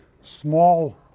small